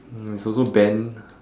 hmm it's also bent